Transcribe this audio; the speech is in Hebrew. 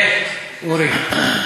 יפה, אורי.